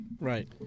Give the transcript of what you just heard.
Right